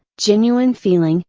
genuine feeling,